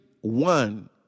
one